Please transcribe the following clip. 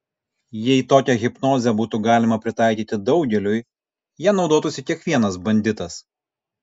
jei tokią hipnozę būtų galima pritaikyti daugeliui ja naudotųsi kiekvienas banditas